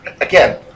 again